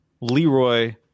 Leroy